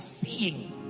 seeing